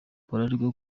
bararegwa